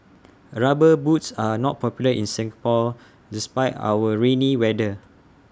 rubber boots are not popular in Singapore despite our rainy weather